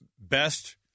best